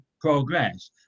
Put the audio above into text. progress